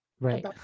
Right